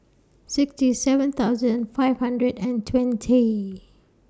sixty seven thousand five hundred and twenty